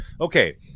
okay